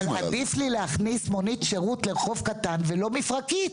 אבל עדיף לי להכניס מונית שירות לרחוב קטן ולא מפרקית.